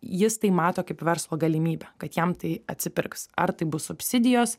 jis tai mato kaip verslo galimybę kad jam tai atsipirks ar tai bus subsidijos